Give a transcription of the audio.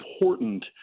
important